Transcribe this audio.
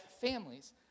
families